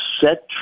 set